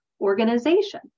organization